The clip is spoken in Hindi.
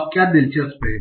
अब क्या दिलचस्प है